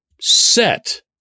set